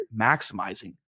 maximizing